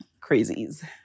crazies